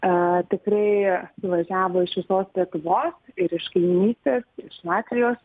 aaa tikrai suvažiavo iš visos lietuvos ir iš kaiminystės iš latvijos